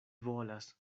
volas